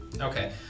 Okay